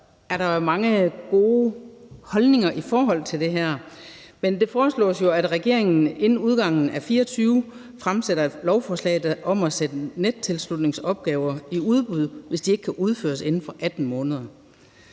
er der mange gode holdninger i forhold til det her. Det foreslås jo, at regeringen inden udgangen af 2024 fremsætter et lovforslag om at sende nettilslutningsopgaver i udbud, hvis de ikke kan udføres inden for 18 måneder.